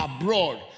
abroad